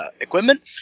equipment